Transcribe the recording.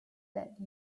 that